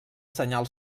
senyal